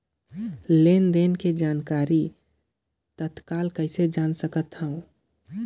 लेन देन के जानकारी तत्काल कइसे जान सकथव?